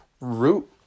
root